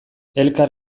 elkar